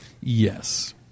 Yes